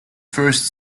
first